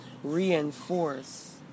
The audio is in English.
reinforce